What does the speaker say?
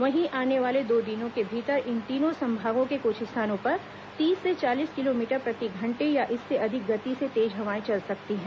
वहीं आने वाले दो दिनों के भीतर इन तीनों संभागों के कुछ स्थानों पर तीस से चालीस किलोमीटर प्रति घंटे या इससे अधिक गति से तेज हवाएं चल सकती हैं